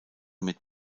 mit